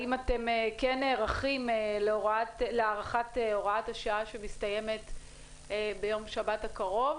האם אתם כן נערכים להארכת הוראת השעה שמסתיימת ביום שבת הקרוב?